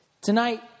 Tonight